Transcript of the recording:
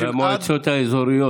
והמועצות האזוריות,